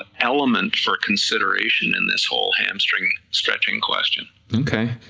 ah element for consideration in this whole hamstring stretching question. okay,